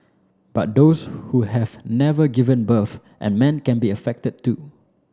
but those who have never given birth and men can be affected too